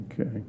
Okay